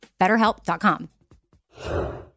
BetterHelp.com